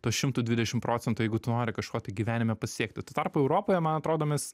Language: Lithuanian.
tuo šimtu dvidešim procentų jeigu tu nori kažko tai gyvenime pasiekti tuo tarpu europoje man atrodo mes